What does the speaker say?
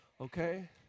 okay